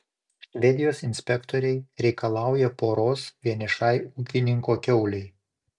švedijos inspektoriai reikalauja poros vienišai ūkininko kiaulei